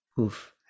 Oof